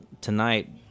tonight